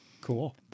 Cool